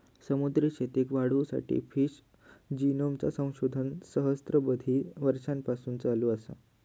समुद्री शेतीक वाढवुसाठी फिश जिनोमचा संशोधन सहस्त्राबधी वर्षांपासून चालू असा